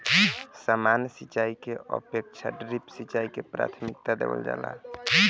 सामान्य सिंचाई के अपेक्षा ड्रिप सिंचाई के प्राथमिकता देवल जाला